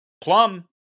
Plum